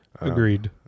Agreed